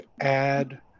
add